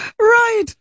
Right